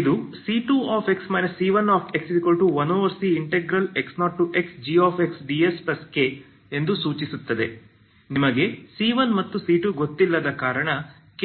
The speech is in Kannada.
ಇದು c2x c1x1cx0xgsdsK ಎಂದು ಸೂಚಿಸುತ್ತದೆ ನಿಮಗೆ c1ಮತ್ತು c2 ಗೊತ್ತಿಲ್ಲದ ಕರಣ K